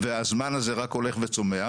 והזמן הזה רק הולך וצומח.